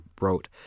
wrote